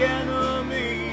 enemy